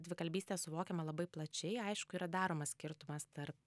dvikalbystė suvokiama labai plačiai aišku yra daromas skirtumas tarp